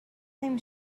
نمی